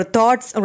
thoughts